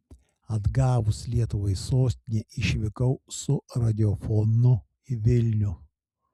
atgavus lietuvai sostinę išvykau su radiofonu į vilnių